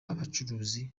abacuruzi